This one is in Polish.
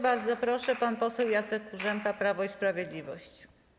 Bardzo proszę, pan poseł Jacek Kurzępa, Prawo i Sprawiedliwość.